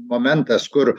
momentas kur